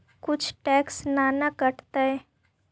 कुछ टैक्स ना न कटतइ?